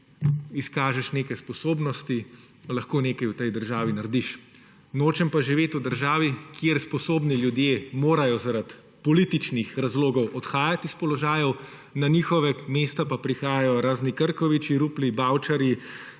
izkažeš neke sposobnosti pa lahko nekaj v tej državi narediš. Nočem pa živeti v državi kjer sposobni ljudje morajo zaradi političnih razlogov odhajati iz položajev, na njihova mesta pa prihajajo razni Krkoviči, Rupli, Bavčarji,